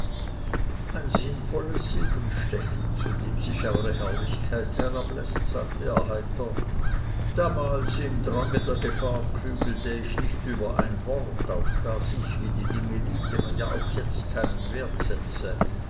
ein sinnvolles silbenstechen zu dem sich eure herrlichkeit herabläßt sagte er heiter damals im drange der gefahr klügelte ich nicht über ein wort auf das ich wie die dinge liegen auch jetzt keinen wert setze